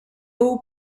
eau